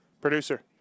Producer